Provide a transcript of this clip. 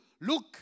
look